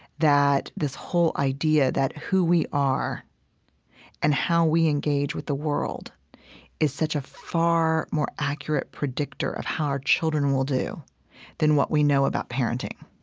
that this whole idea that who we are and how we engage with the world is such a far more accurate predictor of how our children will do than what we know about parenting.